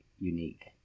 unique